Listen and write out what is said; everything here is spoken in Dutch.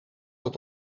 dat